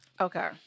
Okay